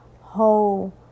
whole